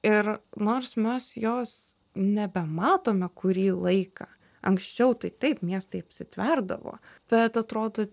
ir nors mes jos nebematome kurį laiką anksčiau tai taip miestai apsitverdavo bet atrodo